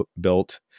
built